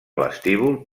vestíbul